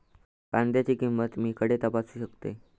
कांद्याची किंमत मी खडे तपासू शकतय?